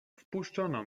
wpuszczono